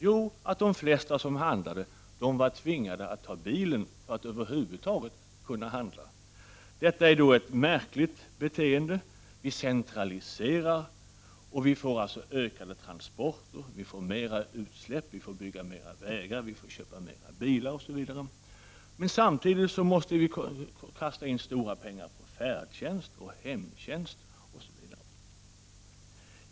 Jo, att de flesta som handlade var tvingade att ta bilen för att över huvud taget kunna handla. Detta är ett märkligt beteende. Vi centraliserar och får ett ökat antal transporter. Vi får mer utsläpp. Vi får bygga fler vägar och köpa fler bilar osv. Vi måste samtidigt kasta in stora pengar för färdtjänst, hemtjänst osv.